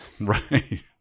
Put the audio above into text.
Right